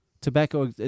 tobacco